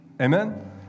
Amen